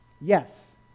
Yes